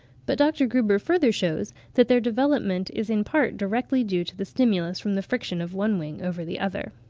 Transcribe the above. but dr. gruber further shews that their development is in part directly due to the stimulus from the friction of one wing over the other.